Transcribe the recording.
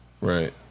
Right